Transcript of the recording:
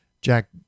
Jack